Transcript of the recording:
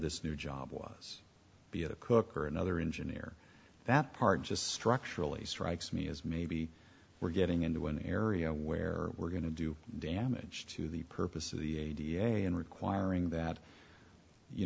this new job was to be a cook or another engineer that part just structurally strikes me as maybe we're getting into an area where we're going to do damage to the purpose of the d n a and requiring that you